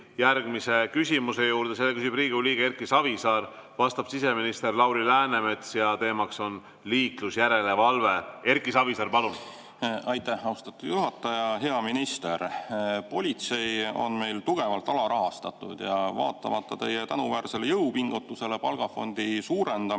järgmise küsimuse juurde. Selle küsib Riigikogu liige Erki Savisaar, vastab siseminister Lauri Läänemets ja teema on liiklusjärelevalve. Erki Savisaar, palun! Aitäh, austatud juhataja! Hea minister! Politsei on meil tugevalt alarahastatud ja vaatamata teie tänuväärsele jõupingutusele palgafondi suurendamisel,